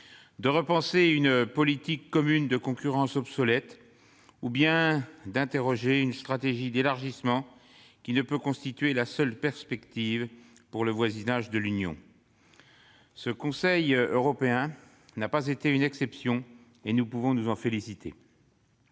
de repenser une politique commune de concurrence obsolète ou bien d'interroger une stratégie d'élargissement qui ne peut pas constituer la seule perspective pour le voisinage de l'Union. Ce Conseil européen n'a pas fait exception à cet égard, et nous pouvons nous en féliciter.